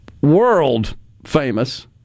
world-famous